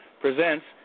presents